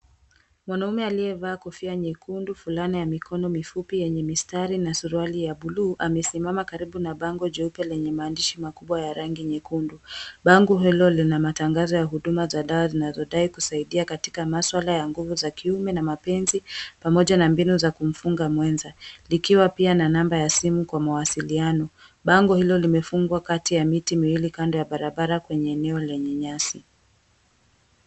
Wanaume aliyevaa kofia nyekundu, fulana ya mikono mifupi yenye mistari na suruali ya buluu amesimama karibu na bango jeupe lenye maandishi makubwa ya rangi nyekundu. Bango hilo lina matangazo ya huduma za dawa zinazodai kusaidia katika maswala ya nguvu za kiume na mapenzi, pamoja na mbinu za kumfunga mwenza. Likiwa pia na namba ya simu kwa mawasiliano. Bango hilo limefungwa kati ya miti miwili kando ya barabara kwenye eneo lenye nyasi.